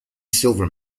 silver